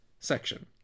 Section